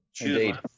Indeed